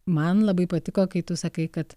man labai patiko kai tu sakai kad